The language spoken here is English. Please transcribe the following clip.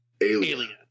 Alien